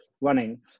running